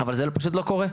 אבל זה פשוט לא קורה,